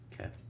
Okay